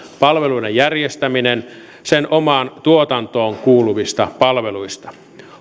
palveluiden järjestäminen sen omaan tuotantoon kuuluvista palveluista